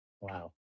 Wow